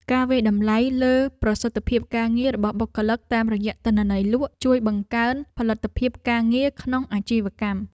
ការវាយតម្លៃលើប្រសិទ្ធភាពការងាររបស់បុគ្គលិកតាមរយៈទិន្នន័យលក់ជួយបង្កើនផលិតភាពការងារក្នុងអាជីវកម្ម។